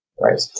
Right